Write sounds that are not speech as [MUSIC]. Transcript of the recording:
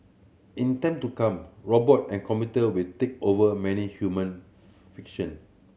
in time to come robot and computer will take over many human [UNINTELLIGIBLE] fiction